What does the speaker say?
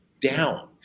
down